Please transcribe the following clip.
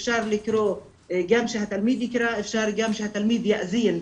אפשר שגם התלמיד יקרא, אפשר גם שהתלמיד יאזין.